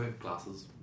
glasses